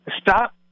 stop